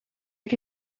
lui